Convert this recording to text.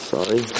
Sorry